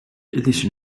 edition